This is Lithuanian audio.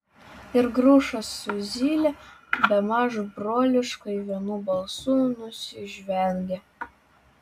ir grušas su zyle bemaž broliškai vienu balsu nusižvengė